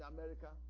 America